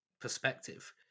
perspective